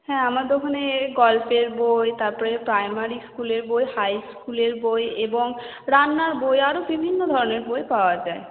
হ্যাঁ আমার দোকানে গল্পের বই তারপরে প্রাইমারি স্কুলের বই হাই স্কুলের বই এবং রান্নার বই আরো বিভিন্ন ধরনের বই পাওয়া যায়